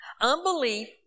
Unbelief